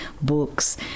books